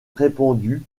répandue